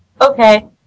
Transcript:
Okay